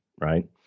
Right